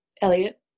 Elliot